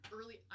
Early